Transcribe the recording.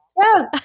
yes